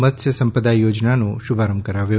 મત્ય સંપદા યોજનાઓ શુભારંભ કરાવ્યો